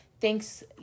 Thanks